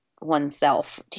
oneself